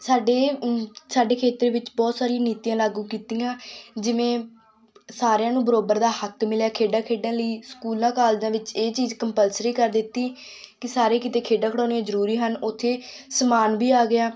ਸਾਡੇ ਸਾਡੇ ਖੇਤਰ ਵਿੱਚ ਬਹੁਤ ਸਾਰੀਆਂ ਨੀਤੀਆਂ ਲਾਗੂ ਕੀਤੀਆਂ ਜਿਵੇਂ ਸਾਰਿਆਂ ਨੂੰ ਬਰਾਬਰ ਦਾ ਹੱਕ ਮਿਲਿਆ ਖੇਡਾਂ ਖੇਡਣ ਲਈ ਸਕੂਲਾਂ ਕਾਲਜਾਂ ਵਿੱਚ ਇਹ ਚੀਜ਼ ਕੰਪਲਸਰੀ ਕਰ ਦਿੱਤੀ ਕਿ ਸਾਰੇ ਕਿਤੇ ਖੇਡਾਂ ਖਿਡਾਉਣੀਆਂ ਜ਼ਰੂਰੀ ਹਨ ਉੱਥੇ ਸਮਾਨ ਵੀ ਆ ਗਿਆ